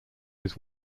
his